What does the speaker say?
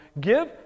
Give